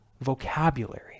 vocabulary